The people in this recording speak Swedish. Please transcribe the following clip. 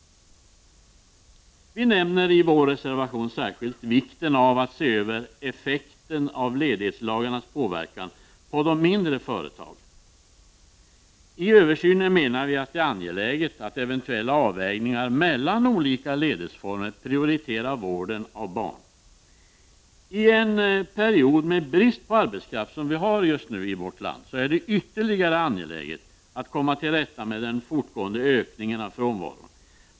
Vi nämner i vår reservation särskilt vikten av att se över effekten av ledighetslagarnas påverkan på de mindre företagen. I översynen är det angeläget, menar vi, att vid eventuella avvägningar mellan olika ledighetsformer prioritera vården av barn. I en period med brist på arbetskraft, som vi har just nu i vårt land, är det ytterligt angeläget att komma till rätta med den fortgående ökningen av frånvaron.